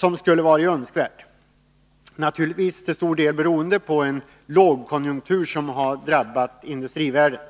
som skulle varit önskvärd. Detta är naturligtvis till stor del beroende på en lågkonjunktur som drabbat hela industrivärlden.